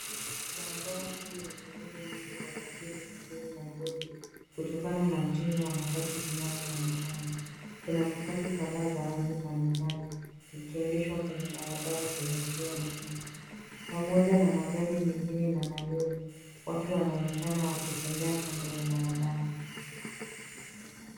Barabara kuu yenye shughuli nyingi za usafiri jijini Nairobi kutokana na mtindo wa matatu zinazoonekana. Kuna matatu kadhaa za rangi mbali mbali likiendeshwa kwenye barabara zenye njia nyingi pamoja na magari mengine na malori. Watu wanaonekana wakitembea kando ya barabara.